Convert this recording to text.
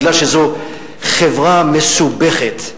מכיוון שזו חברה מסובכת,